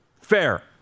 Fair